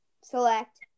select